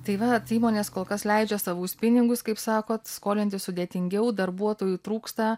tai vat įmonės kol kas leidžia savus pinigus kaip sakot skolintis sudėtingiau darbuotojų trūksta